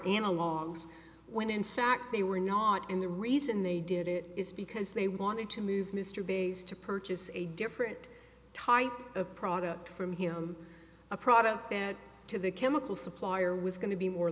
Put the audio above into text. analogues when in fact they were not and the reason they did it is because they wanted to move mr bass to purchase a different type of product from him a product that to the chemical supplier was going to be more